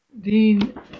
Dean